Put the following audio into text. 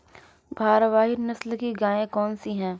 भारवाही नस्ल की गायें कौन सी हैं?